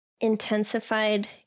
intensified